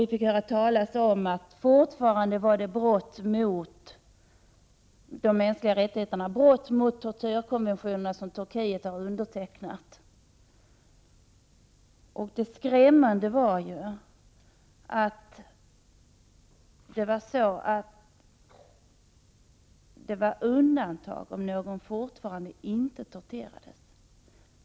Vi fick höra talas om att brott mot konventionerna om de mänskliga rättigheterna och mot tortyr, konventioner som Turkiet har undertecknat, fortfarande begicks. Det skrämmande var att det var i undantagsfall, om någon inte torterades.